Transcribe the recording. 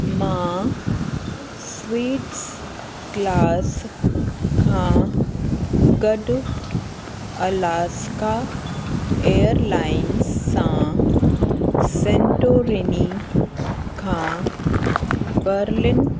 मां sweets class खां गॾु अलास्का एयरलाइंस सां सेन्टोरिनी खां बर्लिन